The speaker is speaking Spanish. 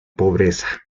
pobreza